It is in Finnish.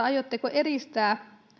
aiotteko edistää